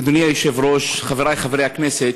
אדוני היושב-ראש, חברי חברי הכנסת,